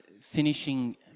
finishing